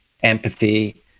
empathy